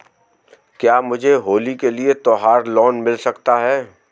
क्या मुझे होली के लिए त्यौहार लोंन मिल सकता है?